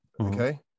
okay